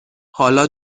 حالا